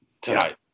tonight